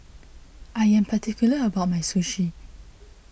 I am particular about my Sushi